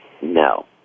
No